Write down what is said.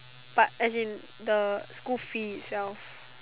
but as in the school fees itself